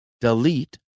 delete